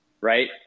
right